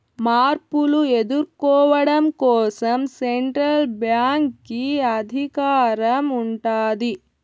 మార్పులు ఎదుర్కోవడం కోసం సెంట్రల్ బ్యాంక్ కి అధికారం ఉంటాది